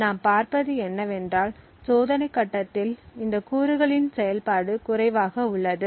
நாம் பார்ப்பது என்னவென்றால் சோதனைக் கட்டத்தில் இந்த கூறுகளின் செயல்பாடு குறைவாக உள்ளது